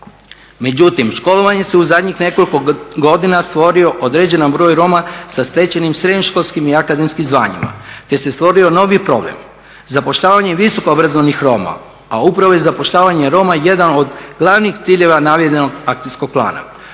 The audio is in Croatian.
Međutim, školovanje se u zadnjih nekoliko godina stvorio određen broj Roma sa stečenim srednjoškolskim i akademskim zvanjima, te se stvorio novi problem zapošljavanje visoko obrazovanih Roma, a upravo je zapošljavanje Roma jedan od glavnih ciljeva navedenog akcijskog plana.